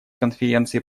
конференции